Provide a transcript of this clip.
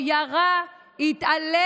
או ירה, התעלל